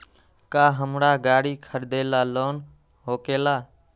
का हमरा गारी खरीदेला लोन होकेला?